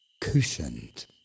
cushioned